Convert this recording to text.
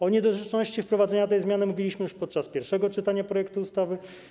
O niedorzeczności wprowadzenia tej zmiany mówiliśmy już podczas pierwszego czytania projektu ustawy.